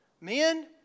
Men